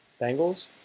Bengals